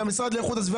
והמשרד לאיכות הסביבה,